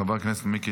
חבר הכנסת מיקי